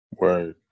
Right